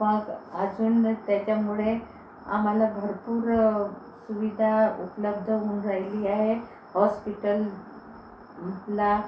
मग अजूनच त्याच्यामुळे आम्हाला भरपूर सुविधा उपलब्ध होऊन राहिली आहे हॉस्पिटल्सला